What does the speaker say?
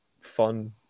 fun